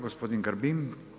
Gospodin Grbin.